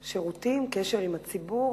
שירותים, קשר עם הציבור?